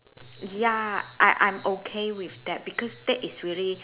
ya I I'm okay with that because that is really